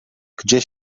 gdzie